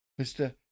mr